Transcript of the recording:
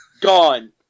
Gone